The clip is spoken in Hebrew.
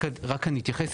רק אני אתייחס,